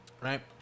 Right